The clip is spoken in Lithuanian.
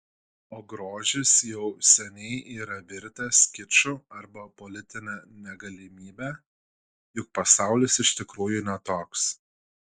o grožis jau seniai yra virtęs kiču arba politine negalimybe juk pasaulis iš tikrųjų ne toks